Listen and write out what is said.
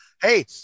hey